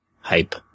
Hype